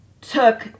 took